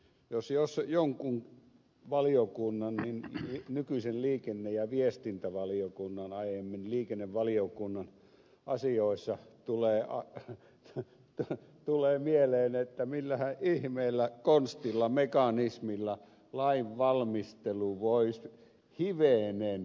jos jonkun valiokunnan niin nykyisen liikenne ja viestintävaliokunnan aiemmin liikennevaliokunnan asioissa tulee mieleen millähän ihmeellä konstilla mekanismilla lainvalmistelu voisi hivenen parantua